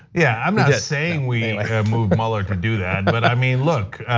yeah, i'm not saying we have moved mueller to do that. but i mean, look.